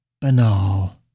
banal